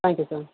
thank you sir